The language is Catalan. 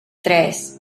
tres